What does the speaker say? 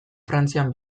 frantzian